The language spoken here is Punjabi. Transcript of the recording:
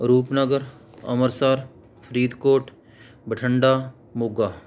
ਰੂਪਨਗਰ ਅੰਮ੍ਰਿਤਸਰ ਫਰੀਦਕੋਟ ਬਠਿੰਡਾ ਮੋਗਾ